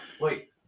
Wait